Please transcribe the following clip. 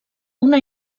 una